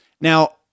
now